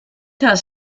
has